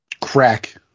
crack